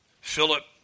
Philip